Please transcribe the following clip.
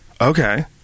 Okay